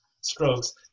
strokes